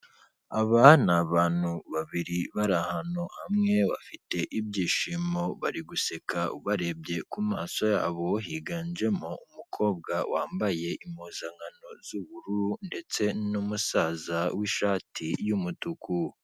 Aba ni abantu babiri bari ahantu hamwe bafite ibyishimo bari guseka ubarebye ku maso yabo, higanjemo umukobwa wambaye impuzankano z'ubururu ndetse n'umusaza w'ishati y'umutuku.